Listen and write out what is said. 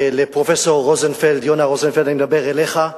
לפרופסור יונה רוזנפלד, אני מדבר אליך,